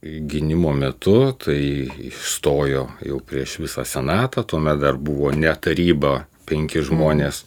gynimo metu tai išstojo jau prieš visą senatą tuomet dar buvo ne taryba penki žmonės